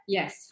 Yes